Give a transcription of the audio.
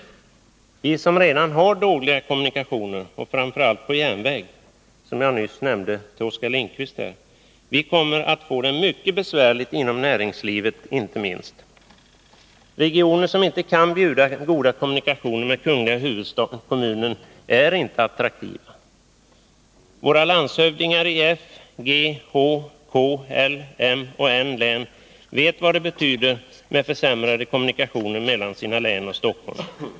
Vi som redan har dåliga kommunikationer — framför allt på järnväg, som jag nyss nämnde för Oskar Lindkvist — kommer att få det mycket besvärligt inte minst inom näringslivet. Regioner som inte kan bjuda goda kommunikationer med kungl. huvudkommunen är inte attraktiva. Våra landshövdingar i F, G, H, K, L, M och N län vet vad det betyder med försämrade kommunikationer mellan länen och Stockholm.